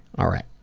alright.